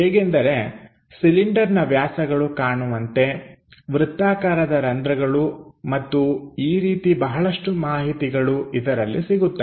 ಹೇಗೆಂದರೆ ಸಿಲಿಂಡರ್ನ ವ್ಯಾಸಗಳು ಕಾಣುವಂತೆ ವೃತ್ತಾಕಾರದ ರಂಧ್ರಗಳು ಮತ್ತು ಈ ರೀತಿ ಬಹಳಷ್ಟು ಮಾಹಿತಿಗಳು ಇದರಲ್ಲಿ ಸಿಗುತ್ತವೆ